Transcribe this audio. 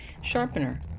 sharpener